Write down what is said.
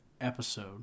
episode